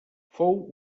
fou